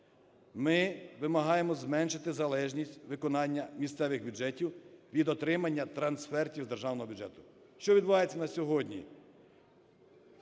Ми вимагаємо зменшити залежність виконання місцевих бюджетів від отримання трансфертів з державного бюджету. Що відбувається сьогодні?